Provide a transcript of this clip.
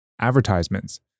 advertisements